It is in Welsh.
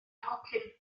nhocyn